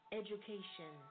education